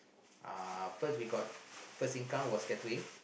uh first we got first income was catering